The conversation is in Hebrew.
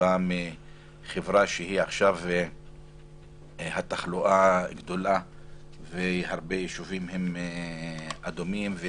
שבא מחברה שבה יש תחלואה גדולה והרבה יישובים הם אדומים וכתומים.